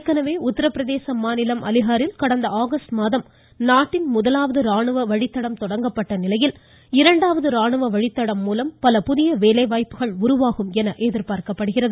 ஏற்கனவே உத்தரப்பிரதேச மாநிலம் அலிஹாரில் கடந்த ஆகஸ்ட் மாதம் நாட்டின் முதலாவது ராணுவ வழித்தடம் தொடங்கப்பட்ட நிலையில் இரண்டாவது ராணுவ வழித்தடம் மூலம் பல புதிய வேலைவாய்ப்புகள் உருவாகும் என எதிர்பார்க்கப்படுகிறது